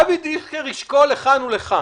אבי דיכטר ישקול לכאן ולכאן.